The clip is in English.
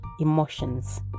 emotions